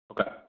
Okay